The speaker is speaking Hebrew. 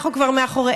אנחנו כבר מאחוריהם.